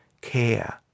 care